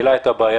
העלה את הבעיה.